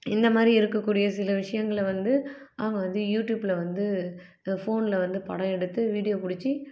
இந்த மாதிரி இருக்கக்கூடிய சில விஷயங்கள வந்து அவங்க வந்து யூட்யூப்பில் வந்து ஃபோனில் வந்து படம் எடுத்து வீடியோ பிடிச்சி